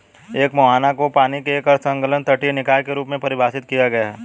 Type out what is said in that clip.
एक मुहाना को पानी के एक अर्ध संलग्न तटीय निकाय के रूप में परिभाषित किया गया है